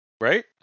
right